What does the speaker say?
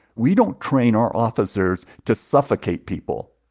we don't train our officers to suffocate people.